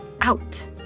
out